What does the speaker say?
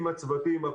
עם הצוותים,